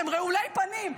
הם רעולי פנים,